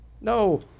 No